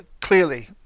clearly